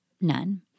none